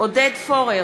עודד פורר,